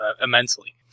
immensely